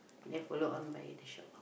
then follow on by the shophouse